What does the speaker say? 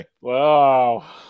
Wow